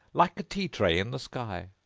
like a tea-tray in the sky.